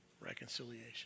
reconciliation